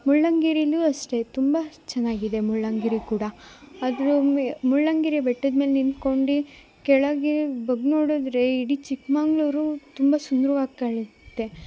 ಮುಳ್ಳಂಗಿರಿಲು ಅಷ್ಟೇ ತುಂಬ ಚೆನ್ನಾಗಿದೆ ಮುಳ್ಳಂಗಿರಿ ಕೂಡ ಆದರೆ ಒಮ್ಮೆ ಮುಳ್ಳಂಗಿರಿ ಬೆಟ್ಟದ್ಮೇಲೆ ನಿಂತ್ಕೊಂಡು ಕೆಳಗೆ ಬಗ್ಗಿ ನೋಡಿದ್ರೆ ಇಡೀ ಚಿಕ್ಕಮಂಗ್ಳೂರು ತುಂಬ ಸುಂದರವಾಗ್ ಕಾಣುತ್ತೆ